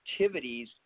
activities